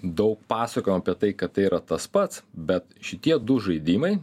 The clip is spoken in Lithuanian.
daug pasakojom apie tai kad tai yra tas pats bet šitie du žaidimai